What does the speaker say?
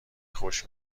خوش